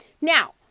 now